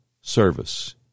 service